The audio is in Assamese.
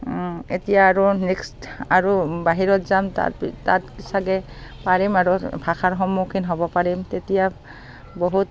এতিয়া আৰু নেক্সট আৰু বাহিৰত যাম তাত তাত চাগে পাৰিম আৰু ভাষাৰ সন্মুখীন হ'ব পাৰিম তেতিয়া বহুত